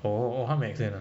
oh ok 他们 extend ah